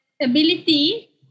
ability